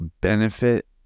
benefit